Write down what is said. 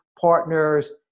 partners